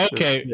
Okay